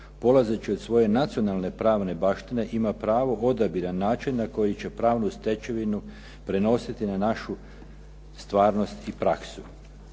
polazeći od svoje nacionalne pravne baštine ima pravo odabira načina koji će pravnu stečevinu prenositi na našu stvarnost i praksu.